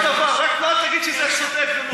תגיד כל דבר, רק אל תגיד שזה צודק ומוסרי.